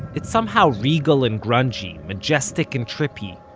it's somehow regal and grungy, majestic and trippy.